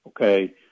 okay